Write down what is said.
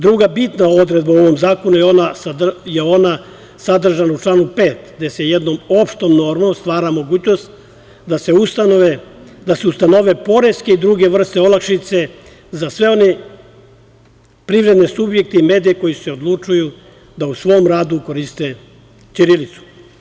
Druga bitna odredba u ovom zakonu je sadržana u članu 5. gde se jednom opštom normom stvara mogućnost da se ustanove poreske i druge vrste olakšica za sve one privredne subjekte i medije koji su se odlučili da u svom radu koriste ćirilicu.